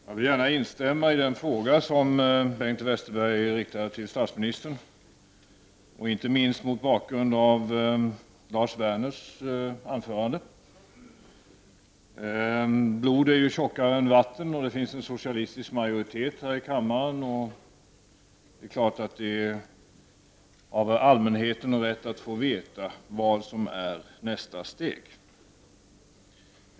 Fru talman! Jag vill gärna instämma i den fråga som Bengt Westerberg riktade till statsministern. Det vill jag göra inte minst mot bakgrund av Lars Werners anförande. Blod är ju tjockare än vatten, och det finns en socialistisk majoritet här i kammaren. Det är klart att det finns en rätt för allmänhe ten att få veta vad som blir nästa steg.